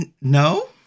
No